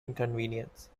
inconvenience